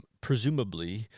Presumably